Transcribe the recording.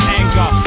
anger